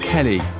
Kelly